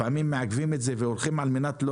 לפעמים מעכבים את זה והולכים על מנת לא